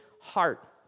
heart